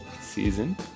season